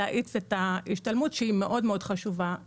להאיץ את ההשתלמות שהיא לטעמנו מאוד-מאוד חשובה.